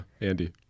Andy